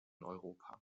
europa